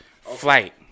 flight